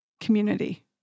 community